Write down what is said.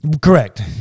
Correct